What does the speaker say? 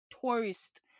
tourist